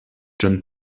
john